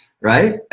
right